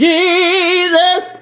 Jesus